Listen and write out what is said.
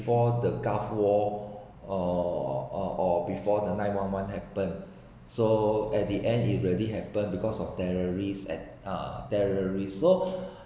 ~fore the gulf war or or or before the nine one one happened so at the end it really happened because of terrorists at uh terrorist so